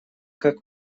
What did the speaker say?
как